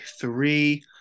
three